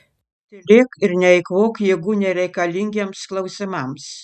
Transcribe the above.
tylėk ir neeikvok jėgų nereikalingiems klausimams